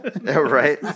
Right